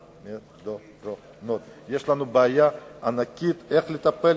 יש לנו בעיה ענקית בטיפול,